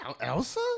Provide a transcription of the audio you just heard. Elsa